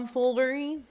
Foldery